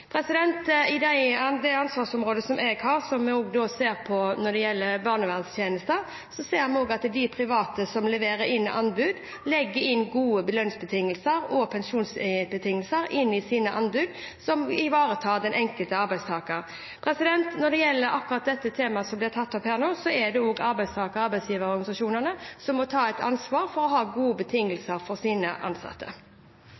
når det gjelder barnevernstjenester – er det private som leverer inn anbud, og legger gode lønnsbetingelser og pensjonsbetingelser inn i sine anbud som ivaretar den enkelte arbeidstaker. Når gjelder akkurat dette temaet som ble tatt opp her nå, er det også arbeidstaker- og arbeidsgiverorganisasjonene som må ta et ansvar for å ha gode betingelser for sine ansatte.